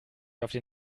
mich